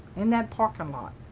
um that parking lot.